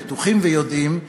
בטוחים ויודעים,